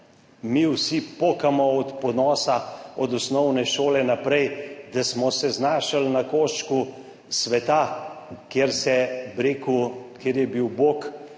Mi vsi pokamo od ponosa, od osnovne šole naprej, da smo se znašli na koščku sveta kjer se, bi rekel, kjer je bil Bog